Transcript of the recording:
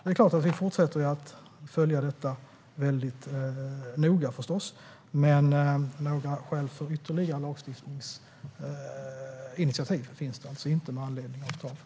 Vi fortsätter förstås att följa detta väldigt noga. Några skäl för ytterligare lagstiftningsinitiativ finns dock inte, med anledning av domarna.